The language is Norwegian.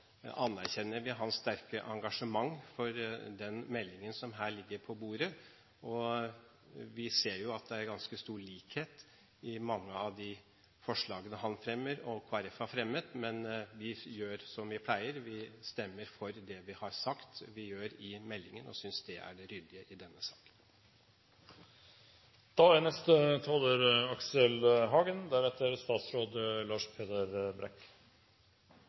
anerkjenner vi hans sterke engasjement for den meldingen som ligger på bordet. Vi ser jo at det er ganske stor likhet mellom mange av de forslagene han fremmer, og dem som Kristelig Folkeparti har fremmet. Men vi gjør som vi pleier, vi stemmer for det vi har sagt at vi gjør, og synes det er det ryddige i denne saken. «Jordbruk er